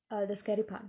uh the scary part